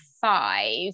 five